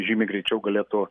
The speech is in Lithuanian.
žymiai greičiau galėtų